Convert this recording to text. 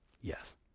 Yes